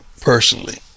personally